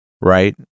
right